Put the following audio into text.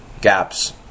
gaps